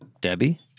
Debbie